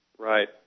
Right